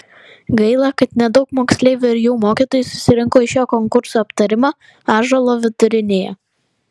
gaila kad nedaug moksleivių ir jų mokytojų susirinko į šio konkurso aptarimą ąžuolo vidurinėje